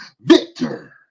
Victor